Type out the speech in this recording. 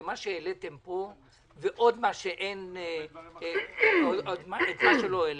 זה מה שהעליתם פה ועוד מה שלא העלינו.